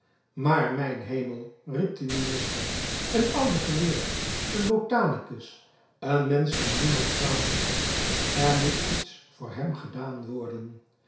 maar mijn hemel riep de minister een oude geleerde een botanicus een mensch die niemand kwaad doet er moet iets voor hem gedaan worden